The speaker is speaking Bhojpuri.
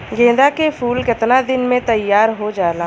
गेंदा के फूल केतना दिन में तइयार हो जाला?